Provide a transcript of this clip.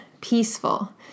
peaceful